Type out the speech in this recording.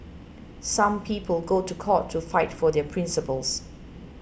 some people go to court to fight for their principles